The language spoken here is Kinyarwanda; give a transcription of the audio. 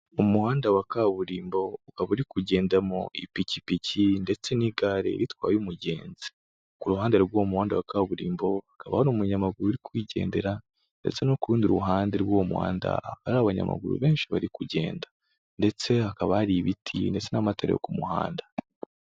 Umuhanda wa kaburimbo ukaba uri kugendamo ipikipiki ndetse n'igare ritwaye umugenzi, ku ruhande rw'uwo muhanda wa kaburimbo hakaba hari umunyamaguru uri kwigendera ndetse no ku rundi ruhande rw'umuhanda, hari abanyamaguru benshi bari kugenda ndetse hakaba hari ibiti ndetse n'amatara yo ku muhanda.